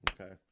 Okay